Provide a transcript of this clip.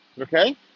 okay